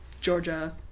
Georgia